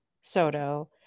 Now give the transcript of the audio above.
Soto